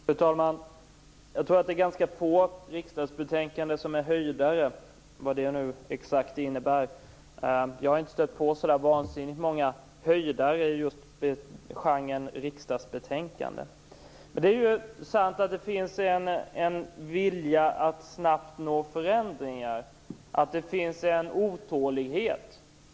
Fru talman! Jag tror att det är ganska få riksdagsbetänkanden som är höjdare, vad det nu innebär exakt. Jag har inte stött på så vansinnigt många höjdare i genren riksdagsbetänkanden. Men det är sant att det finns en vilja att snabbt nå förändringar. Det finns en otålighet.